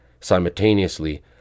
Simultaneously